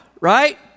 right